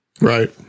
Right